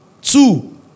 Two